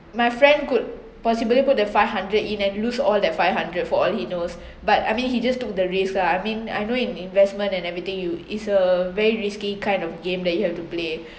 my friend could possibly put the five hundred in and lose all that five hundred for all he knows but I mean he just took the risk lah I mean I know in investment and everything you is a very risky kind of game that you have to play